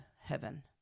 heaven